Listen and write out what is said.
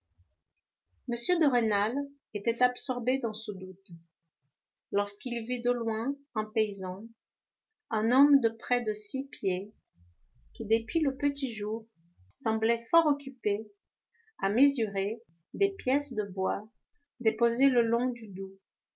m de rênal était absorbé dans ce doute lorsqu'il vit de loin un paysan homme de près de six pieds qui dès le petit jour semblait fort occupé à mesurer des pièces de bois déposées le long du doubs